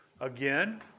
Again